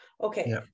Okay